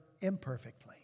imperfectly